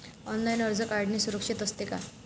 Online कर्ज काढणे सुरक्षित असते का?